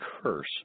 curse